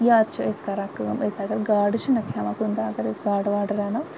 یا چھِ أسۍ کَران کٲم أسۍ اگر گاڈٕ چھِ نہَ کھیٚوان کُنہِ دۄہ اگر أسۍ گاڈٕ واڈٕ رَنَو